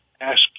ask